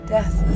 Death